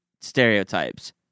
stereotypes